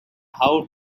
how